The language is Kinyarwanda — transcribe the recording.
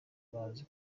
bazi